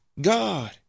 God